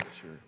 Sure